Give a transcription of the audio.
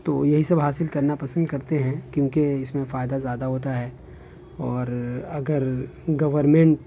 تو یہی سب حاصل کرنا پسند کرتے ہیں کیونکہ اس میں فائدہ زیادہ ہوتا ہے اور اگر گورمنٹ